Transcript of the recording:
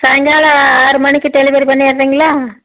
சாய்ங்காலம் ஆறு மணிக்கு டெலிவரி பண்ணிறிங்களா